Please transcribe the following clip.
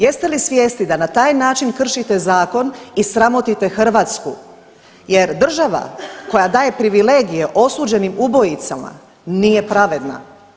Jeste li svjesni da na taj način kršite zakon i sramotite Hrvatsku, jer država koja daje privilegije osuđenim ubojicama nije pravedna.